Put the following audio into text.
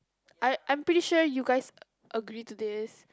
I I'm pretty sure you guys agree to this